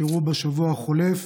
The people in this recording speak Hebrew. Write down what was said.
שאירעו בשבוע החולף.